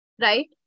right